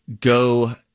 Go